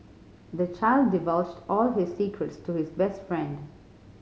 the child divulged all his secrets to his best friend